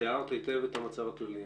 תיארת היטב את המצב הכללי.